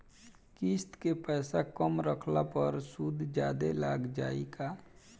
किश्त के पैसा कम रखला पर सूद जादे लाग जायी का?